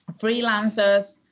freelancers